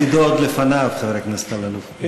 עתידו עוד לפניו, חבר הכנסת אלאלוף.